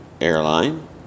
airline